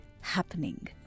happening